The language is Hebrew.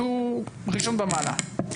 שהוא הראשון במעלה.